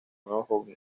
nuevos